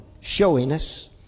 showiness